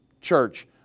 church